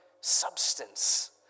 substance